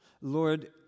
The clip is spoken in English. Lord